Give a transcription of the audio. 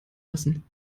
lassen